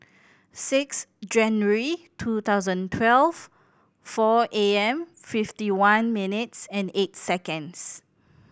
six January two thousand twelve four A M fifty one minutes and eight seconds